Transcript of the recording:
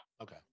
Okay